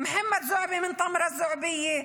מחמוד זועבי מטמרה אל-זועביה,